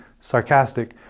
sarcastic